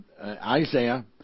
Isaiah